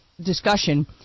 discussion